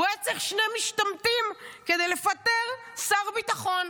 הוא היה צריך שני משתמטים כדי לפטר שר ביטחון.